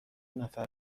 نفر